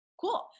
Cool